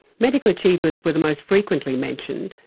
medical achievements were the most frequently mentioned,